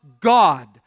God